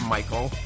Michael